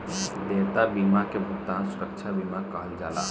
देयता बीमा के भुगतान सुरक्षा बीमा कहल जाला